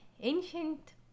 ancient